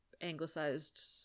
anglicized